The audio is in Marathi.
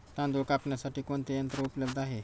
तांदूळ कापण्यासाठी कोणते यंत्र उपलब्ध आहे?